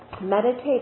meditate